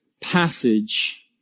passage